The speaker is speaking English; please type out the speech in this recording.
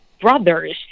brothers